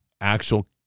actual